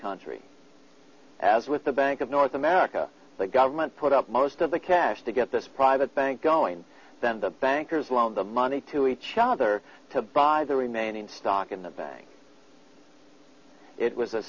country as with the bank of north america the government put up most of the cash to get this private bank going then the bankers loaned the money to each other to buy the remaining stock in the bank it was a